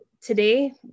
today